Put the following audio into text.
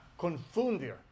confundir